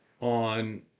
on